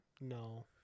No